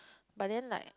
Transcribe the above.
but then like